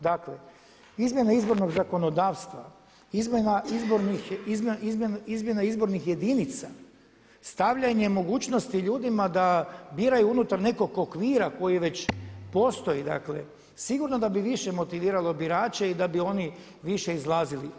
Dakle, izmjene izbornog zakonodavstva, izmjena izbornih jedinica, stavljanje mogućnosti ljudima da biraju unutar nekog okvira koji već postoji, dakle sigurno da bi više motiviralo birače i da bi oni više izlazili.